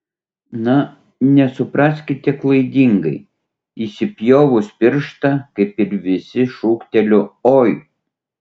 na nesupraskite klaidingai įsipjovusi pirštą kaip ir visi šūkteliu oi